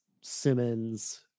Simmons